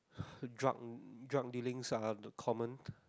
drug drug dealings are the common